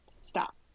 stop